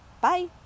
Bye